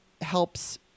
helps